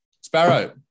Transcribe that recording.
Sparrow